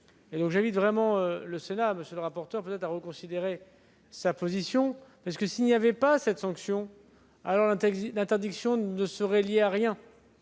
J'invite vraiment le Sénat, monsieur le rapporteur, à reconsidérer sa position, parce que, s'il n'y avait pas cette sanction, l'interdiction ne serait reliée à rien,